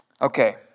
Okay